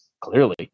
clearly